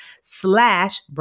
slash